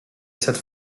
cette